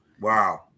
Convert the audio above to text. Wow